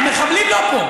המחבלים לא פה.